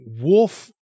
wolf